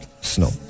snow